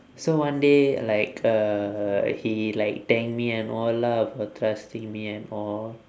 so one day like uh he like thank me and all lah for trusting me and all